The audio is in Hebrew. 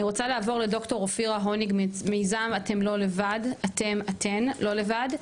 אני רוצה לעבור לאופירה הוניג ממיזם "אתם/ן לא לבד".